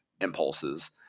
impulses